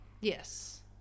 Yes